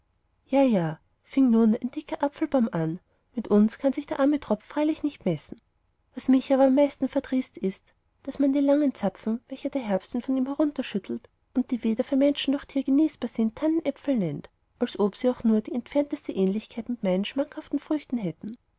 ja ja fing nun ein dicker apfelbaum an mit uns kann sich der arme tropf freilich nicht messen was mich aber am meisten verdrießt ist daß man die langen zapfen welche der herbstwind von ihm herunterschüttelt und die weder für mensch noch tier genießbar sind tannäpfel nennt als ob sie auch nur die entfernteste ähnlichkeit mit meinen schmackhaften früchten hätten